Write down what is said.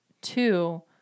two